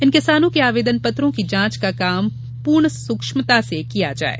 इन किसानों के आवेदन पत्रों की जांच का काम पूर्ण सुक्ष्मता से किया जाये